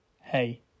Hey